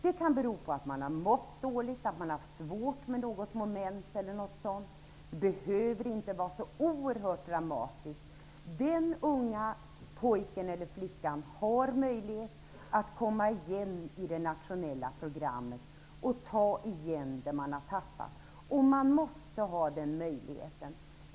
Det kan bero på att man har mått dåligt, att man har haft svårt med något moment eller något annat. Det behöver inte vara så oerhört dramatiskt. Den unge pojken eller unga flickan har möjlighet att komma igen i det nationella programmet och ta igen det man har tappat. Man måste ha den möjligheten.